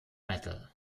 metal